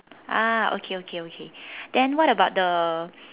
ah okay okay okay then what about the